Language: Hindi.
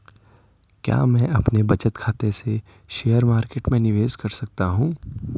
क्या मैं अपने बचत खाते से शेयर मार्केट में निवेश कर सकता हूँ?